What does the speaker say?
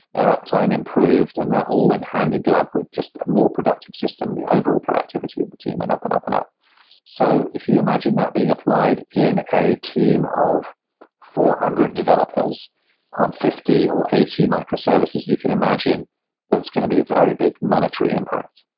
their uptime improved and that all went hand in glove with just a more productive system, the overall productivity of the team went up and up and up so if you imagine that being applied in a team of four hundred developers on fifty or eighty microservices, you can imagine that's going to be a very big monetary impact.